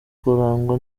kurangwa